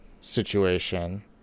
situation